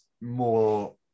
more